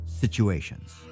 situations